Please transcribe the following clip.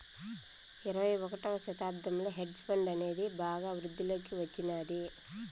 ఇరవై ఒకటవ శతాబ్దంలో హెడ్జ్ ఫండ్ అనేది బాగా వృద్ధిలోకి వచ్చినాది